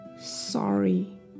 sorry